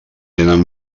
tenen